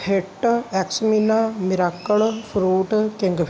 hit ਐਕਸਮੀਨਾ miracle fruit king